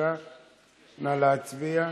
נא להצביע.